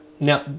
Now